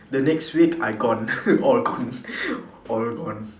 the next week I gone all gone all gone